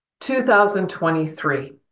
2023